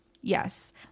yes